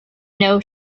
know